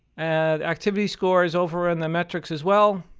and activity score is over in the metrics as well.